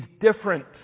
different